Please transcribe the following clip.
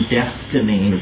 destiny